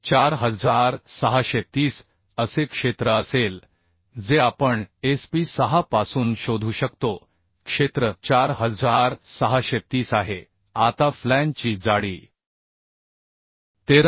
4630 असे क्षेत्र असेल जे आपण SP 6 पासून शोधू शकतो क्षेत्र 4630 आहे आता फ्लॅंजची जाडी 13